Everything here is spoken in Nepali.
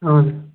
हजुर